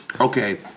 Okay